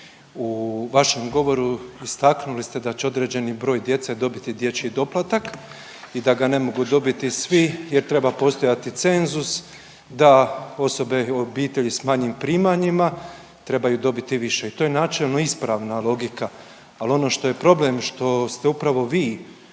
U vašem govoru istaknuli ste da će određeni broj djece dobiti dječji doplatak i da ga ne mogu dobiti svi jer treba postojati cenzus da osobe i obitelji s manjim primanjima trebaju dobiti više i to je načelno ispravna logika, al ono što je problem što ste upravo vi